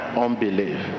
unbelief